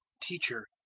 teacher,